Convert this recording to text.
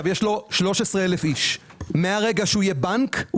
יש בו 13 אלף איש ומרגע שהוא יהיה בנק,